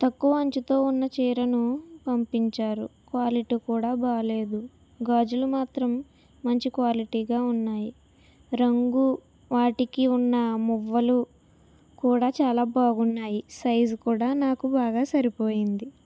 తక్కువ అంచుతో ఉన్న చీరను పంపించారు క్వాలిటీ కూడా బాగోలేదు గాజులు మాత్రం మంచి క్వాలిటీగా ఉన్నాయి రంగు వాటికి ఉన్న మువ్వలు కూడా చాలా బాగున్నాయి సైజు కూడా నాకు బాగా సరిపోయింది